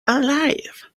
alive